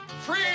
Free